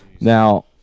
Now